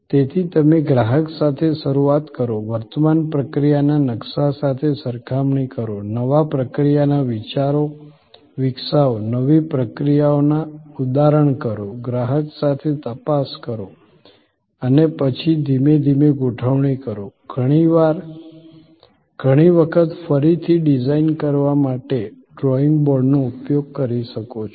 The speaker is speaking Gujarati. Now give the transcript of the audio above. તેથી તમે ગ્રાહક સાથે શરૂઆત કરો વર્તમાન પ્રક્રિયાના નકશા સાથે સરખામણી કરો નવા પ્રક્રિયાના વિચારો વિકસાવો નવી પ્રક્રિયાઓના ઉદાહરણ કરો ગ્રાહક સાથે તપાસ કરો અને પછી ધીમે ધીમે ગોઠવણી કરો ઘણી વખત ફરીથી ડિઝાઇન કરવા માટે ડ્રોઇંગ બોર્ડ નો ઉપયોગ કરી શકો છો